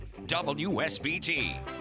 WSBT